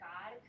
God